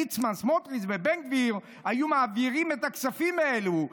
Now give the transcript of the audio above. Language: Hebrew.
סמוטריץ' ובן גביר היו מעבירים את הכספים האלו',